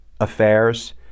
affairs